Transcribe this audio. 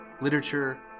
literature